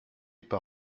par